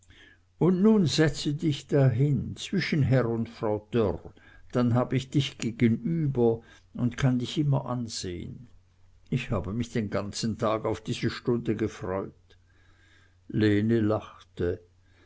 und nun setze dich da hin zwischen herr und frau dörr dann hab ich dich gegenüber und kann dich immer ansehn ich habe mich den ganzen tag auf diese stunde gefreut lene lachte